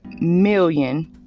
million